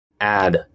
add